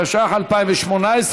התשע"ח 2018,